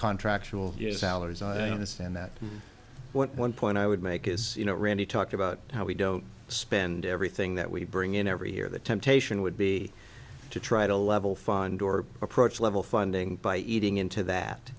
contractor will use allergies i understand that one point i would make is you know randy talked about how we don't spend everything that we bring in every year the temptation would be to try to level fund or approach level funding by eating into that